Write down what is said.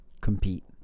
compete